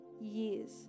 years